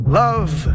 love